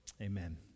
Amen